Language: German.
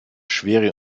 schwere